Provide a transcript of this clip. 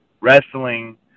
wrestling